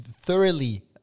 thoroughly